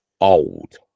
old